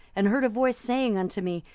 and heard a voice saying unto me,